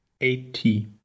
eighty